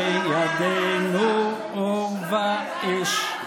" בידינו אור ואש".